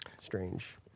strange